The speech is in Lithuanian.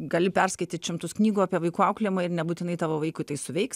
gali perskaityt šimtus knygų apie vaikų auklėjimą ir nebūtinai tavo vaikui tai suveiks